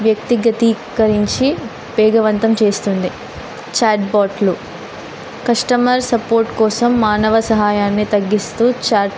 వ్యక్తిగతీకరించి వేగవంతం చేస్తుంది చాట్బోట్లు కస్టమర్ సపోర్ట్ కోసం మానవ సహాయాన్ని తగ్గిస్తూ చాట్